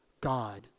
God